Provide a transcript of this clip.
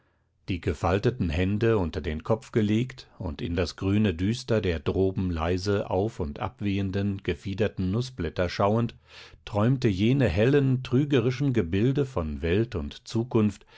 die gefalteten hände unter den kopf gelegt und in das grüne düster der droben leise auf und ab wehenden gefiederten nußblätter schauend träumte sie träumte jene hellen trügerischen gebilde von welt und zukunft